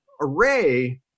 array